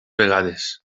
vegades